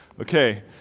Okay